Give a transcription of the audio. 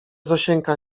zosieńka